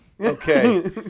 Okay